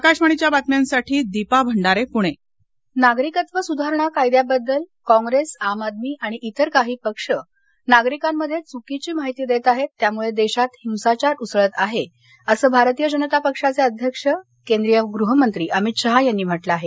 आकाशवाणीच्या बातम्यांसाठी दीपा भंडारे पुणे शहा नागरिकत्व सुधारणा कायद्याबद्दल काँग्रेस आम आदमी आणि इतर काही पक्ष नागरिकांमध्ये चुकीची माहिती देत आहे त्यामुळे देशात हिसाचार उसळत आहे असं भारतीय जनता पक्षाचे अध्यक्ष आणि केंद्रीय गृहमंत्री अमित शहा यांनी म्हटलं आहे